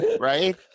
Right